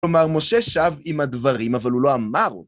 כלומר משה שב עם הדברים, אבל הוא לא אמר.